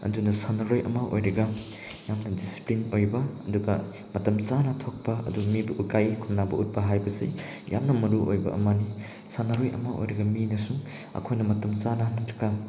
ꯑꯗꯨꯅ ꯁꯥꯟꯅꯔꯣꯏ ꯑꯃ ꯑꯣꯏꯔꯒ ꯌꯥꯝꯅ ꯗꯤꯁꯤꯄ꯭ꯂꯤꯟ ꯑꯣꯏꯕ ꯑꯗꯨꯒ ꯃꯇꯝ ꯆꯥꯅ ꯊꯣꯛꯄ ꯑꯗꯨꯒ ꯃꯤꯕꯨ ꯏꯀꯥꯏ ꯈꯨꯝꯅꯕ ꯎꯠꯄ ꯍꯥꯏꯕꯁꯤ ꯌꯥꯝꯅ ꯃꯔꯨꯑꯣꯏꯕ ꯑꯃꯅꯤ ꯁꯥꯟꯅꯔꯣꯏ ꯑꯃ ꯑꯣꯏꯔꯒ ꯃꯤꯅꯁꯨꯝ ꯑꯩꯈꯣꯏꯅ ꯃꯇꯝ ꯆꯥꯅ ꯅꯠꯇ꯭ꯔꯒ